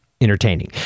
entertaining